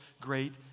great